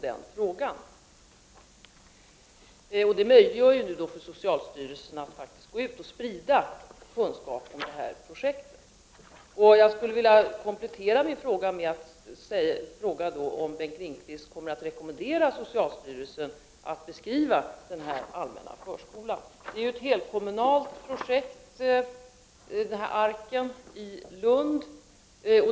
Det gör det möjligt för socialstyrelsen att gå ut och sprida kunskap om detta projekt. Jag skulle som en komplettering vilja fråga om Bengt Lindqvist kommer att rekommendera socialstyrelsen att beskriva den här allmänna förskolan. Arken i Lund är ett helkommunalt projekt.